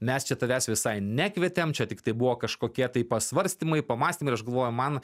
mes čia tavęs visai nekvietėm čia tiktai buvo kažkokie tai pasvarstymai pamąstymai ir aš galvoju man